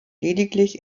lediglich